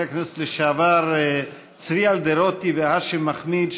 הכנסת לשעבר צבי אלדרוטי והאשם מחאמיד,